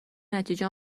نتیجه